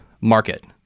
market